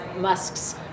Musk's